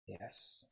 yes